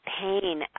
pain